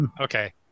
Okay